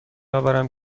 آورم